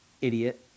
idiot